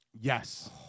Yes